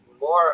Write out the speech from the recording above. more